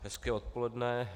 Hezké odpoledne.